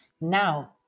now